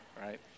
right